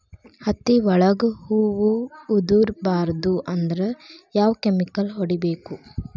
ಹತ್ತಿ ಒಳಗ ಹೂವು ಉದುರ್ ಬಾರದು ಅಂದ್ರ ಯಾವ ಕೆಮಿಕಲ್ ಹೊಡಿಬೇಕು?